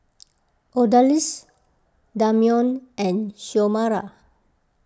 Odalys Damion and Xiomara